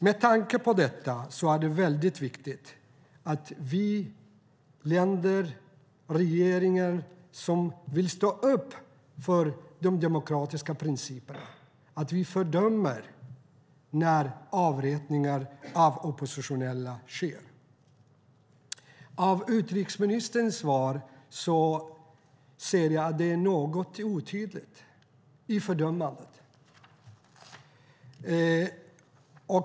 Med tanke på detta är det väldigt viktigt att regeringarna i de länder som vill stå upp för de demokratiska principerna fördömer när avrättningar av oppositionella sker. Utrikesministerns svar är något otydligt i fördömandet.